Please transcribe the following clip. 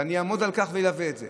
ואני אעמוד על כך ואלווה את זה,